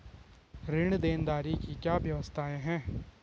ऋण देनदारी की क्या क्या व्यवस्थाएँ हैं?